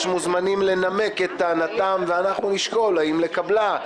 מוזמנים לנמק את טענותיהם ואנחנו נשקול האם לקבלן.